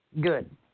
Good